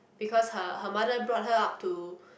because her her mother brought her up to